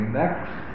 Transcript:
next